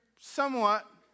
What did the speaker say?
somewhat